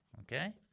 Okay